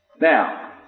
Now